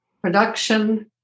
production